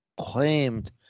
claimed